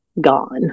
gone